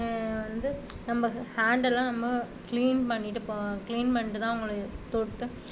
வந்து நம்ம ஹாண்டெலாம் நம்ப கிளீன் பண்ணிட்டு கிளீன் பண்ணிட்டுதான் அவங்களை தொட்டு